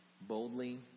boldly